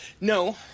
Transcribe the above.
No